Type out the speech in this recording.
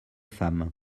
femmes